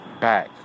back